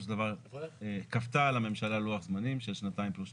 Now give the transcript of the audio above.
של דבר כפתה על הממשלה לוח זמנים של שנתיים פלוס שנתיים.